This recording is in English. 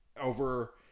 over –